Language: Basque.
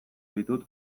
ditut